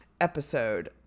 episode